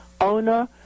owner